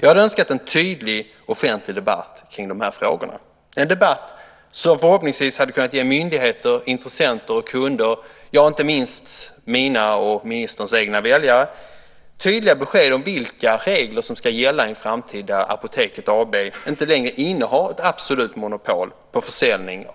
Jag hade önskat en tydlig offentlig debatt kring de här frågorna, en debatt som förhoppningsvis hade kunnat ge myndigheter, intressenter och kunder - ja, inte minst mina och ministerns egna väljare - tydliga besked om vilka regler som ska gälla i en framtid där Apoteket AB inte längre innehar ett absolut monopol på försäljning